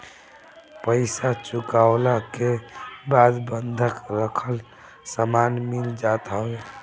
पईसा चुकवला के बाद बंधक रखल सामान मिल जात हवे